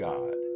God